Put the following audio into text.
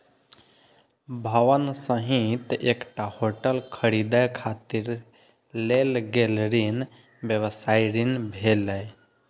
भवन सहित एकटा होटल खरीदै खातिर लेल गेल ऋण व्यवसायी ऋण भेलै